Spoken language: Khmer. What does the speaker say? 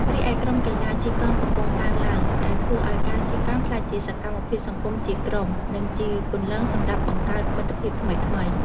រីឯក្រុមកីឡាជិះកង់កំពុងកើនឡើង ដែលធ្វើឲ្យការជិះកង់ក្លាយជាសកម្មភាពសង្គមជាក្រុម និងជាគន្លងសម្រាប់បង្កើតមិត្តភាពថ្មីៗ។